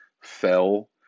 fell